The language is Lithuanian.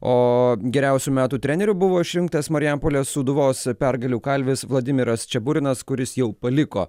o geriausiu metų treneriu buvo išrinktas marijampolės sūduvos pergalių kalvis vladimiras čeburinas kuris jau paliko